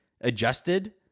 adjusted